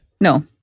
No